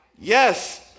Yes